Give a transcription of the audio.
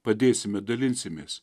padėsime dalinsimės